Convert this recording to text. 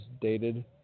dated